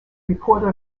reporter